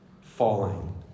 falling